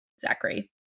zachary